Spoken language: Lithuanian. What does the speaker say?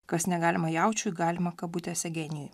kas negalima jaučiui galima kabutėse genijui